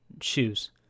shoes